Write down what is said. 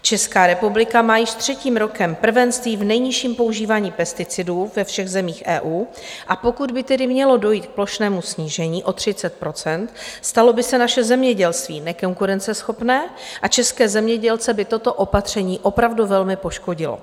Česká republika má již třetím rokem prvenství v nejnižším používání pesticidů ve všech zemích EU, a pokud by tedy mělo dojít k plošnému snížení o 30 %, stalo by se naše zemědělství nekonkurenceschopné a české zemědělce by toto opatření opravdu velmi poškodilo.